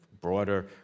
broader